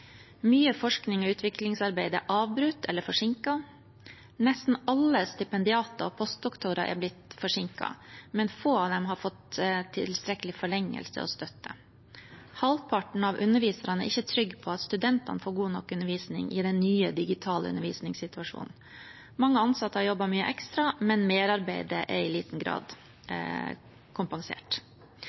Mye forsknings- og utviklingsarbeid er avbrutt eller forsinket. Nesten alle stipendiater og postdoktorer er blitt forsinket, men få av dem har fått tilstrekkelig forlengelse og støtte. Halvparten av underviserne er ikke trygge på at studentene får god nok undervisning i den nye digitale undervisningssituasjonen. Mange ansatte har jobbet mye ekstra, men merarbeidet er i liten grad kompensert.